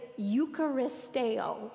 Eucharisteo